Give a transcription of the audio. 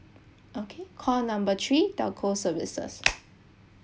okay call number three telco services